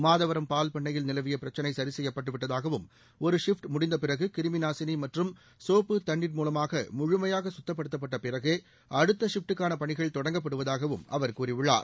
மாதவரம் பால் பண்ணையில் நிலவிய பிரச்சினை சரி செய்யப்பட்டு விட்டதாகவும் ஒரு ஷிப்ட் முடிந்தபிறகு கிருமிநாசினி மற்றும் சோப்பு தண்ணீர் மூலமாக முழுமையாக சுத்தப்படுத்தப்பட்ட பிறகு அடுத்த ஷிப்ட்டுக்கான பணிகள் தொடங்கப்படுவதாகவும் அவர் கூறியுள்ளார்